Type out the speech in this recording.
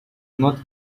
not